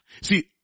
see